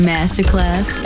Masterclass